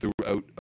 throughout